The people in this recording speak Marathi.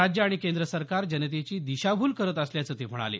राज्य आणि केंद्र सरकार जनतेची दिशाभूल करत असल्याचं ते म्हणाले